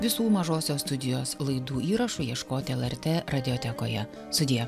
visų mažosios studijos laidų įrašų ieškoti lrt radiotekoje sudie